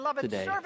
today